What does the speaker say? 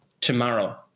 tomorrow